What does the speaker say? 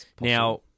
Now